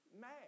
mad